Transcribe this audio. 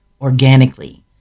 organically